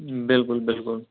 بِلکُل بِلکُل